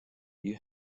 you